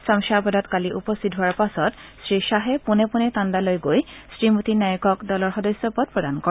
চমধাবাদত কালি উপস্থিত হোৱাৰ পাছত শ্ৰী খাহে পোনে পোনে তাণ্ডালৈ গৈ শ্ৰীমতী নাইকক দলৰ সদস্য পদ প্ৰদান কৰে